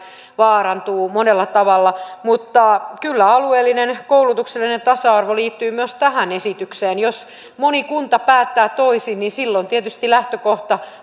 vaarantuu monella tavalla kyllä alueellinen koulutuksellinen tasa arvo liittyy myös tähän esitykseen jos moni kunta päättää toisin niin silloin tietysti lähtökohta